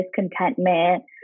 discontentment